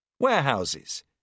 Warehouses